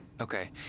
Okay